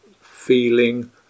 feeling